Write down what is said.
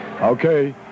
Okay